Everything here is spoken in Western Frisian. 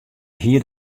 hie